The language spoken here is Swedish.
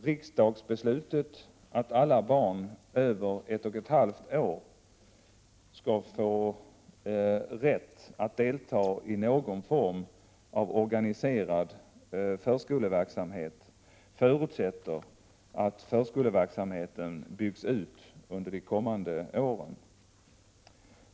Riksdagsbeslutet som innebär att alla barn över ett och ett halvt år senast år 1991 skall få rätt att delta i någon form av organiserad förskoleverksamhet 127 förutsätter att förskoleverksamheten byggs ut under de kommande åren.